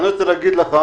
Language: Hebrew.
אני לא צריך להגיד לך,